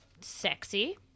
Sexy